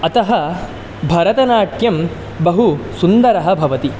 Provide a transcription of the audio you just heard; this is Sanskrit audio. अतः भरतनाट्यं बहु सुन्दरः भवति